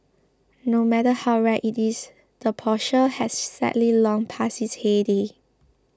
no matter how rare it is the Porsche has sadly long passed its heyday